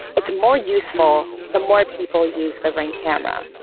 it's more useful the more people use the ring camera.